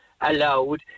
allowed